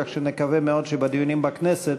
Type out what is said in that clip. כך שנקווה מאוד שבדיונים בכנסת